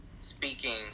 speaking